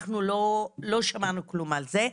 אנחנו לא שמענו כלום על זה.